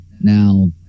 Now